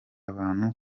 abantu